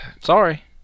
Sorry